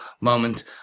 moment